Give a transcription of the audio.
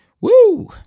Woo